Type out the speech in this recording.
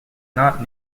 not